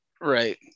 right